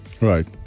right